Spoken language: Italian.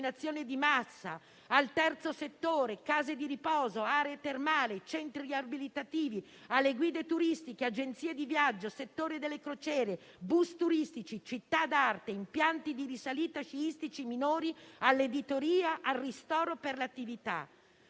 al terzo settore, case di riposo, aree termali, centri riabilitativi, alle guide turistiche e agenzie di viaggio, al settore delle crociere, bus turistici, città d'arte, impianti di risalita sciistici minori, all'editoria, al ristoro per attività